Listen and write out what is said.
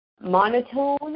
monotone